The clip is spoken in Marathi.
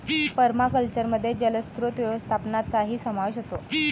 पर्माकल्चरमध्ये जलस्रोत व्यवस्थापनाचाही समावेश होतो